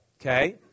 okay